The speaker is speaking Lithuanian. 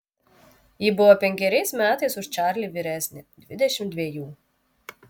ji buvo penkeriais metais už čarlį vyresnė dvidešimt dvejų